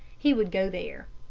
he would go there.